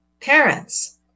parents